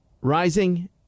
rising